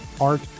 art